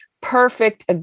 perfect